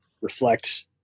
reflect